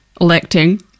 electing